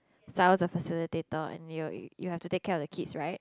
as I was a facilitator and you you have to take care of the kids right